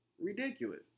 Ridiculous